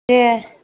दे